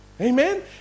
Amen